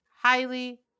highly